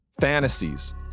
fantasies